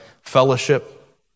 fellowship